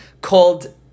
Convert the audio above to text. called